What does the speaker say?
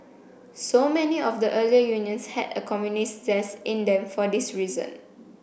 so many of the earlier unions had a communist zest in them for this reason